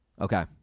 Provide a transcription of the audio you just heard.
okay